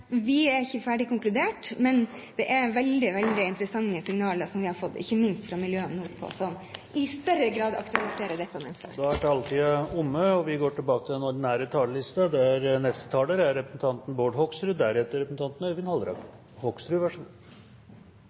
Vi har ikke konkludert. Men det er veldig, veldig interessante signaler som vi har fått, ikke minst fra miljøene nordpå, som i større grad aktualiserer dette. Dermed er replikkordskiftet omme. Jeg har ventet i spenning på å høre om neste års budsjett er et historisk samferdselsbudsjett eller ikke. Jeg registrerte at representanten